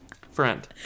friend